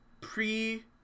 pre